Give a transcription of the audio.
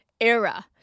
era